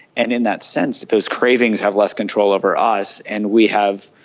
and in that sense those cravings have less control over us and we have,